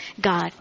God